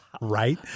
right